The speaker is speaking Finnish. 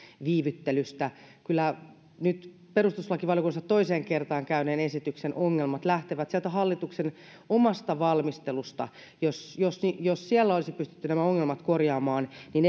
viivyttelystä kyllä perustuslakivaliokunnassa nyt toiseen kertaan käyneen esityksen ongelmat lähtevät sieltä hallituksen omasta valmistelusta jos jos siellä olisi pystytty nämä ongelmat korjaamaan niin